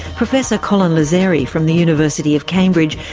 professor colin lizieri from the university of cambridge,